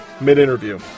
mid-interview